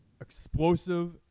explosive